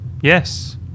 yes